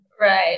Right